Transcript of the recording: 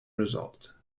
result